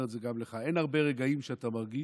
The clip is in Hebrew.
את זה גם לך: אין הרבה רגעים שאתה מרגיש